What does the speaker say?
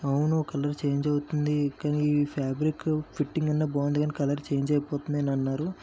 అవును colour change అవుతుంది కానీ ఫ్యాబ్రిక్ ఫిట్టింగ్ అన్ని బాగుంది కాని కలర్ చేంజ్ అయిపోతుంది అని అన్నారు